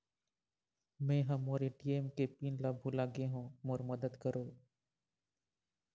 मै ह मोर ए.टी.एम के पिन ला भुला गे हों मोर मदद करौ